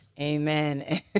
Amen